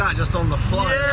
ah just on the fly